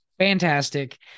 fantastic